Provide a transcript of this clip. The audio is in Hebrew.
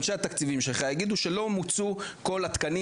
אנשי התקציבים שלך יגידו שלא מוצו כל התקנים